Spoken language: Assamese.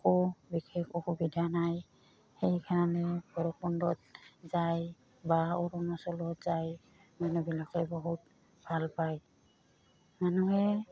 একো বিশেষ অসুবিধা নাই সেইকাৰণে বৰকুণ্ডত যাই বা অৰুণাচলত যাই মানুহবিলাকে বহুত ভাল পায় মানুহে